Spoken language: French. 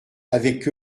avec